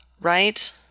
right